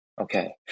Okay